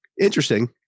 interesting